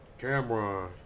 Cameron